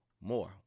more